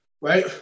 Right